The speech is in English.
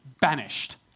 banished